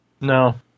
No